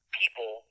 people